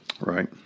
Right